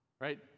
right